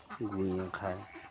গুঁয়ে খায়